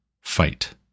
fight